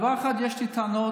על דבר אחד יש לי טענות: